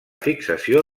fixació